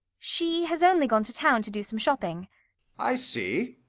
she has only gone to town, to do some shopping i see.